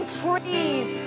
trees